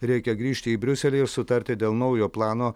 reikia grįžti į briuselį ir sutarti dėl naujo plano